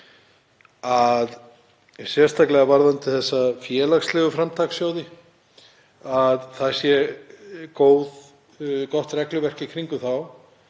sérstaklega varðandi þessa félagslegu framtakssjóði, að það sé gott regluverk í kringum þá